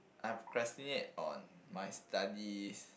I procrastinate on my studies